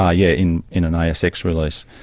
ah yeah in in an asx release.